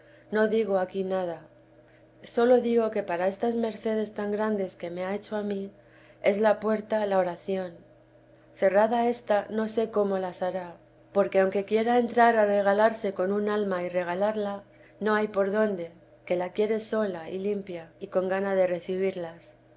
no digo aquí nada sólo digo que para estas mercedes tan grandes que me ha hecho a mí es la puerta la oración cerrada ésta no sé cómo las hará porque aunque quiera entrar a regalarse con un alma y regalarla no hay por dónde que la quiere sola y limpia y con gana de recibirlas